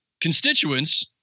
constituents